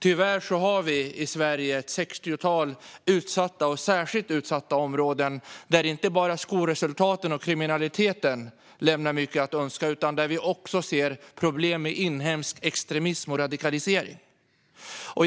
Tyvärr har vi i Sverige ett sextiotal utsatta och särskilt utsatta områden där inte bara skolresultaten och kriminaliteten lämnar mycket att önska utan där vi också ser problem med inhemsk extremism och radikalisering. Fru talman!